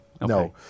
No